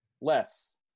Less